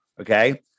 Okay